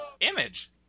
Image